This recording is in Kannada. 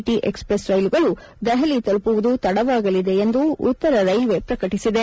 ಟಿ ಎಕ್ಸ್ಪ್ರೆಸ್ ರೈಲುಗಳು ದೆಹಲಿ ತಲುಪುವುದು ತಡವಾಗಲಿದೆ ಎಂದು ಉತ್ತರ ರೈಲ್ವೆ ಪ್ರಕಟಿಸಿದೆ